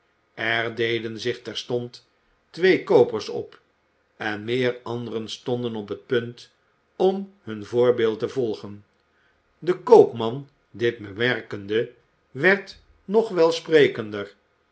deden zich terstond twee koopers op en meer anderen stonden op het punt om hun voorbeeld te volgen de koopman dit bemerkende werd nog